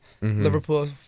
Liverpool